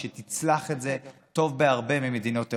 שתצלח את זה טוב בהרבה ממדינות אירופה.